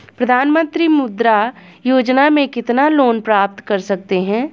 प्रधानमंत्री मुद्रा योजना में कितना लोंन प्राप्त कर सकते हैं?